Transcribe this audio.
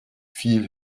viel